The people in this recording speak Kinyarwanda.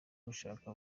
gushaka